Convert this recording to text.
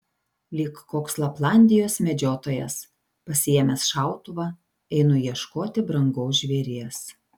lyg koks laplandijos medžiotojas pasiėmęs šautuvą einu ieškoti brangaus žvėries